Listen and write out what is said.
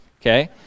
okay